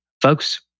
folks